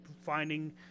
finding